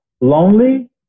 lonely